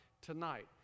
tonight